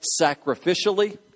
sacrificially